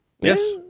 Yes